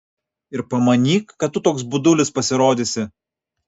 ir pamanyk kad tu toks budulis pasirodysi